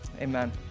Amen